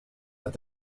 that